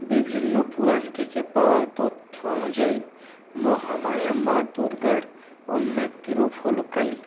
বিভিন্ন পুরাণ থেকে পাওয়া তথ্য অনুযায়ী মহামায়া মা দুর্গার অন্য একটি রূপ হল কালী